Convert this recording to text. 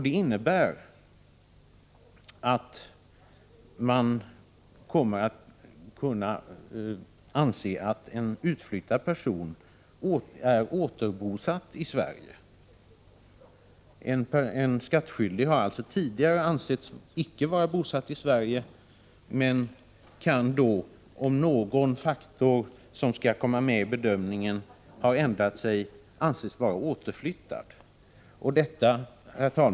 Det innebär att beskattningsmyndigheten kan hävda att en tidigare utflyttad person åter är bosatt i Sverige. En skattskyldig som tidigare inte ansetts vara bosatt i Sverige kan, om någon faktor som enligt propositionen skall tas med i bedömningen har ändrats eller tillkommit, komma att betraktas såsom återinflyttad.